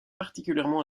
particulièrement